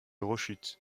rechute